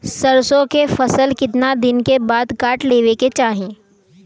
सरसो के फसल कितना दिन के बाद काट लेवे के चाही?